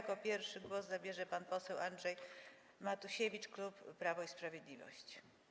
Jako pierwszy głos zabierze pan poseł Andrzej Matusiewicz, klub Prawo i Sprawiedliwość.